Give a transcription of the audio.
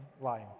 lying